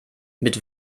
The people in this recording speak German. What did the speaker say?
mit